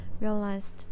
realized